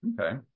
Okay